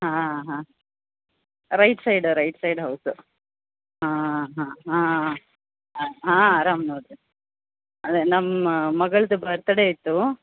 ಹಾಂ ಹಾಂ right side right side ಹೌದು ಹಾಂ ಹಾಂ ಹಾಂ ಹಾಂ ಆರಾಮು ನೋಡಿರಿ ಅದೇ ನಮ್ಮ ಮಗಳದ್ದು ಬರ್ತಡೇ ಇತ್ತು